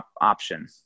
option